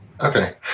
Okay